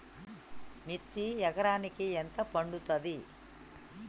మిర్చి ఎకరానికి ఎంత పండుతది?